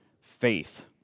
faith